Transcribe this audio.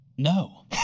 No